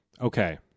okay